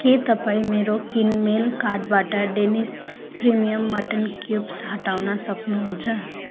के तपाईँ मेरो किनमेल कार्टबाट डेनिस प्रिमियम मटन क्युब्स हटाउन सक्नुहुन्छ